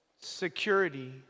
security